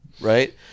right